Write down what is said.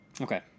Okay